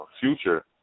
future